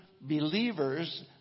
believers